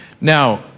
Now